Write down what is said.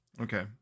okay